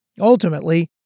Ultimately